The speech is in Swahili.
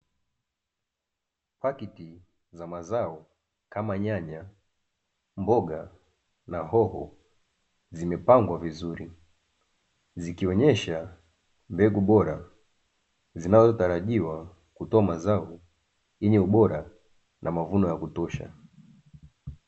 Pakiti za mazao kama nyanya, mboga, na hoho zimepangwa vizuri zikionyesha mbegu bora zinazotarajiwa kutoa mazao yenye ubora na mavuno ya kutosha.